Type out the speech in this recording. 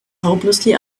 hopelessly